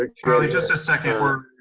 ah charlie just a second were.